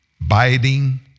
biding